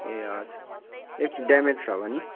ए हजुर if damage छ भने